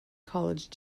college